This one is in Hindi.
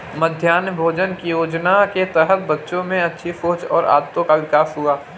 मध्याह्न भोजन योजना के तहत बच्चों में अच्छी सोच और आदतों का विकास हुआ